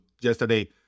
yesterday